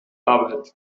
arbeit